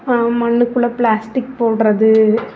மண்ணுக்குள்ளே பிளாஸ்டிக் போடுறது